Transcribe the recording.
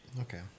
Okay